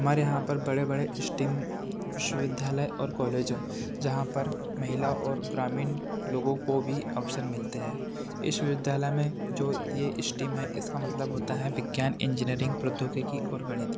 हमारे यहाँ पर बड़े बड़े स्ट्रीम विश्वविद्यालय और कॉलेजों जहाँ पर महिला और ग्रामीण लोगों को भी अवसर मिलते हैं इस विद्यालय में जो ये स्ट्रीम हैं इसका मतलब होता है विज्ञान इंजीनियरिंग प्रौद्योगिकी और गणित